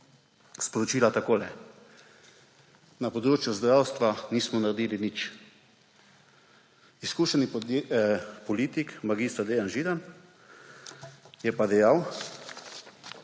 sporočila takole: Na področju zdravstva nismo naredili nič. Izkušeni politik mag. Dejan Židan je pa dejal,